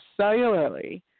cellularly